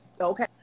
Okay